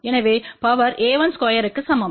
எனவே பவர் a12க்கு சமம்